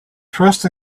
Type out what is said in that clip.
trust